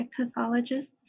pathologists